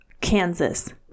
Kansas